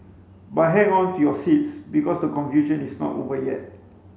but hang on to your seats because the confusion is not over yet